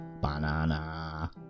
Banana